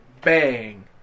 bang